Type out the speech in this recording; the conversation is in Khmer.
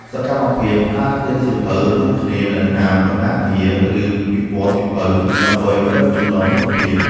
សកម្មភាព ដើរទិញសៀវភៅរួមគ្នា នៅតាមបណ្ណាគារ ឬពិព័រណ៍សៀវភៅ ដើម្បីរឹតចំណងមិត្តភាព។